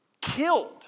killed